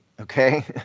okay